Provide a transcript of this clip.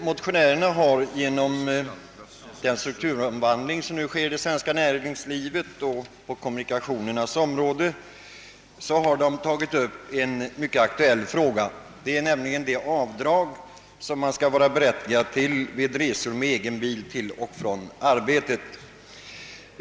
Herr talman! Den strukturomvandling som just nu pågår i det svenska näringslivet och på kommunikationernas område har föranlett motionärerna att ta upp en mycket aktuell fråga, nämligen frågan om det avdrag man skall vara berättigad till vid resor med egen bil till och från arbetet.